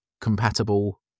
compatible